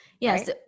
Yes